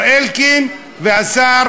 השר